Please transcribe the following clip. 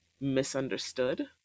misunderstood